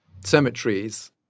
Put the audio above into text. cemeteries